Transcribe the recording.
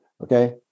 Okay